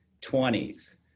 20s